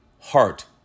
heart